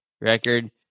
record